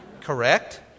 Correct